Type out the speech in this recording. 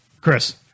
Chris